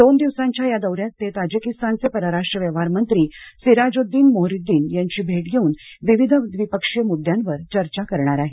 दोन दिवसांच्या या दौऱ्यात ते ताजिकिस्तानचे परराष्ट्र व्यवहार मंत्री सिराजउद्दीन मुहरीद्दीन यांची भेट घेऊन विविध द्विपक्षीय मुद्द्यांवर चर्चा करणार आहेत